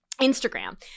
Instagram